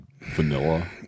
vanilla